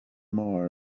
mars